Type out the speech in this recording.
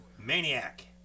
Maniac